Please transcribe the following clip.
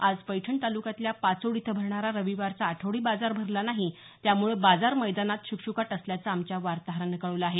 आज पैठण तालुक्यातल्या पाचोड इथं भरणारा रविवारचा आठवडी बाजार भरला नाही त्यामुळं बाजार मैदानात श्कश्काट असल्याचं आमच्या वार्ताहरानं कळवलं आहे